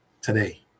today